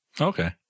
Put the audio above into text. Okay